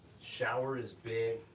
shower is big,